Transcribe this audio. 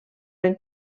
ben